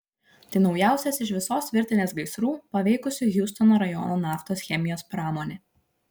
tai naujausias iš visos virtinės gaisrų paveikusių hjustono rajono naftos chemijos pramonę